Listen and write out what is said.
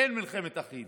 אין מלחמת אחים